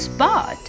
Spot